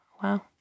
Wow